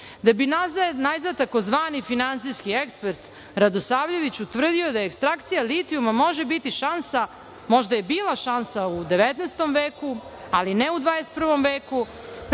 da bi najzad tzv. finansijski ekspert Radosavljević utvrdio da je ekstrakcija litijuma može biti šansa, možda je bila šansa u 19. veku, ali ne u 21. veku,